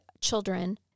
children